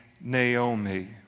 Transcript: Naomi